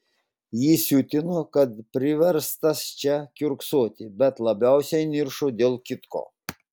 jį siutino kad priverstas čia kiurksoti bet labiausiai niršo dėl kitko